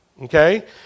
Okay